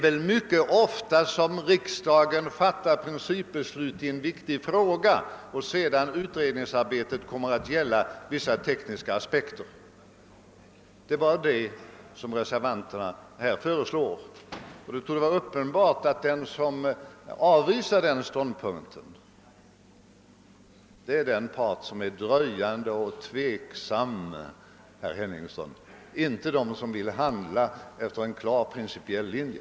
Riksdagen fattar mycket ofta principbeslut i viktiga frågor, där utredningsarbetet sedan kommer att gälla vissa tekniska aspekter. Det är den saken reservanterna i konstitutionsutskottet här föreslår. Det torde vara uppenbart att det är den part som avvisar den ståndpunkten som är dröjande och tveksam, herr Henningsson, inte de människor som i dag vill handla efter en klar principiell linje.